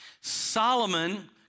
Solomon